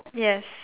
yes